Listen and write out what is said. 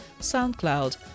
SoundCloud